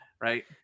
right